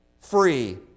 free